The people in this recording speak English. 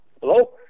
hello